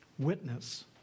witness